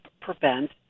prevent